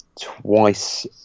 twice